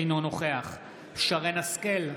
אינו נוכח שרן מרים השכל,